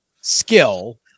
skill